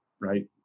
Right